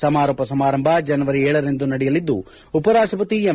ಸಮಾರೋಪ ಸಮಾರಂಭ ಜನವರಿ ಏಳರಂದು ನಡೆಯಲಿದ್ದು ಉಪರಾಷ್ಷಪತಿ ಎಂ